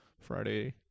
friday